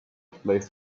plays